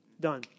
Done